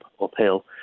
uphill